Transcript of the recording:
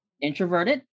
introverted